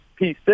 P6